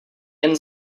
jen